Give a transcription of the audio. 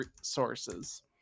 sources